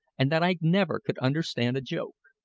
and that i never could understand a joke.